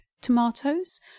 tomatoes